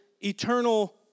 eternal